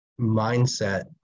mindset